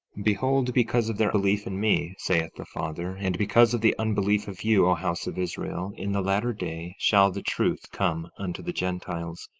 behold, because of their belief in me, saith the father, and because of the unbelief of you, o house of israel, in the latter day shall the truth come unto the gentiles,